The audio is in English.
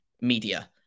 media